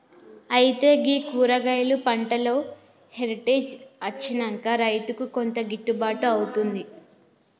అయితే గీ కూరగాయలు పంటలో హెరిటేజ్ అచ్చినంక రైతుకు కొంత గిట్టుబాటు అవుతుంది